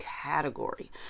category